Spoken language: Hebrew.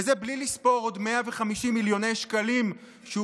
וזה בלי לספור עוד 150 מיליון שקלים שהוא